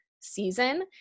season